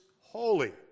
holy